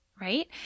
right